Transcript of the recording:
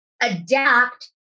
adapt